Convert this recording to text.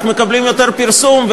רק מקבלים יותר פרסום,